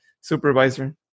supervisor